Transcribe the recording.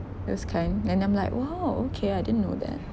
those kind and I'm like !wow! okay I didn't know that